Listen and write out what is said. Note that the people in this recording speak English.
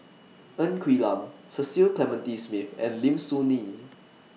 Ng Quee Lam Cecil Clementi Smith and Lim Soo Ngee